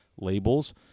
labels